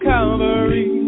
Calvary